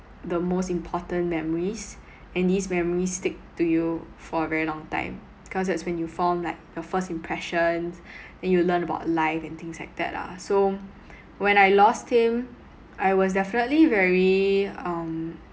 the most important memories and these memories stick to you for a very long time cause that's when you form like your first impressions and you learn about life and things like that lah so when I lost him I was definitely very um